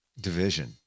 division